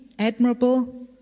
admirable